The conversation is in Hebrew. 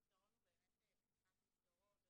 הפתרון הוא באמת פתיחת מסגרות.